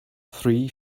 three